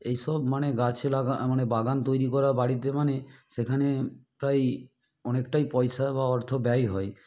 এই সব মানে গাছে লাগা মানে বাগান তৈরি করা বাড়িতে মানে সেখানে প্রায়ই অনেকটাই পয়সা বা অর্থ ব্যয় হয়